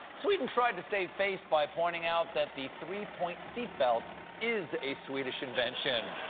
sweden tried to save face by pointing out that the three-point seat belt is a swedish invention!